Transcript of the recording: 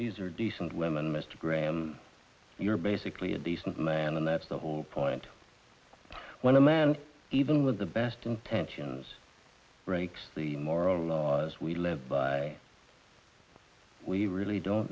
these are decent women mr graham you're basically a decent man and that's the whole point when a man even with the best intentions breaks the moral laws we live by we really don't